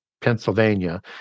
Pennsylvania